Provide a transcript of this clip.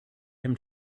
him